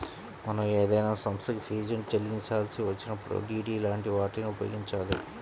మనం ఏదైనా సంస్థకి ఫీజుని చెల్లించాల్సి వచ్చినప్పుడు డి.డి లాంటి వాటిని ఉపయోగించాలి